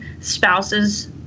spouses